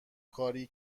کاری